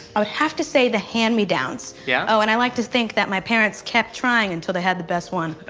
i would have to say the hand-me-downs. yeah oh, and i like to think that my parents kept trying until they had the best one.